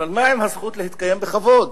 אבל מה עם הזכות להתקיים בכבוד?